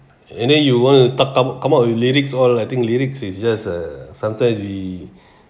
and then you want to come up with lyrics all I think lyrics is just uh sometimes we